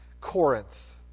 Corinth